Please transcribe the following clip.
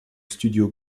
studio